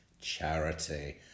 Charity